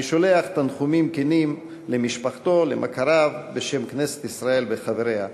אני שולח תנחומים כנים למשפחתו ולמכריו בשם כנסת ישראל וחבריה.